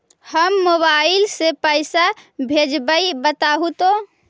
हम मोबाईल से पईसा भेजबई बताहु तो?